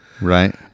Right